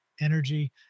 energy